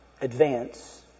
advance